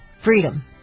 Freedom